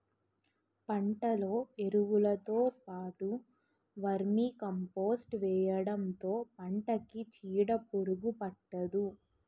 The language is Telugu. పంటలో ఎరువులుతో పాటు వర్మీకంపోస్ట్ వేయడంతో పంటకి చీడపురుగు పట్టదు